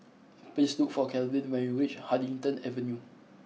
please look for Calvin when you reach Huddington Avenue